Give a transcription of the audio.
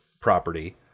property